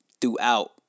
throughout